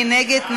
מי נגד?